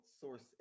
source